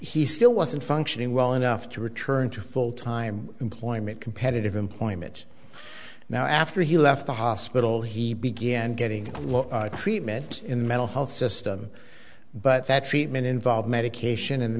he still wasn't functioning well enough to return to full time employment competitive employment now after he left the hospital he began getting treatment in mental health system but that treatment involved medication and